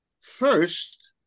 First